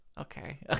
okay